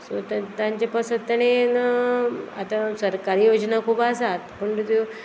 so तें तांचे पासत तेणेन आतां सरकारी योजना खूब आसात पूण त्यो